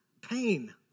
pain